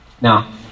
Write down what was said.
Now